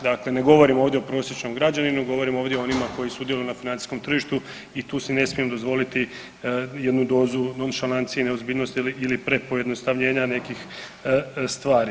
Dakle, ne govorim ovdje o prosječnom građaninu, govorim ovdje o onima koji sudjeluju na financijskom tržištu i tu si ne smijem dozvoliti jednu dozu nonšanlancije i neozbiljnosti ili prepojednostavljenja nekih stvari.